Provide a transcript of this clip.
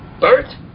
Bert